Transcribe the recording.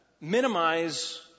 minimize